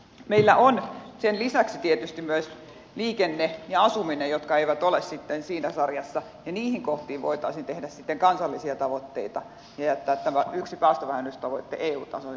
meillä on sen lisäksi tietysti myös liikenne ja asuminen jotka eivät ole sitten siinä sarjassa ja niihin kohtiin voitaisiin tehdä sitten kansallisia tavoitteita ja jättää tämä yksi päästövähennystavoite eu tasoisena tavoitteena taakse